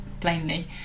plainly